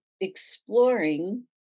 exploring